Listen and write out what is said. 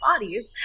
bodies